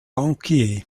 bankier